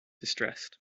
distressed